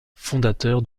fondateur